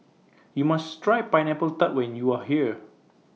YOU must Try Pineapple Tart when YOU Are here